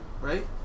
right